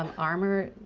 um armor